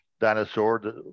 dinosaur